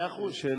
מאה אחוז.